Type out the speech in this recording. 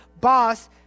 boss